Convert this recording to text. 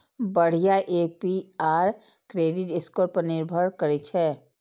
बढ़िया APR credit score पर निर्भर करै छै